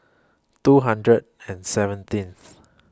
two hundred and seventeenth